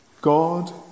God